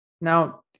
Now